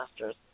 Master's